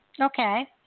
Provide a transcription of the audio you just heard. Okay